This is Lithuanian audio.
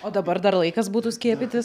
o dabar dar laikas būtų skiepytis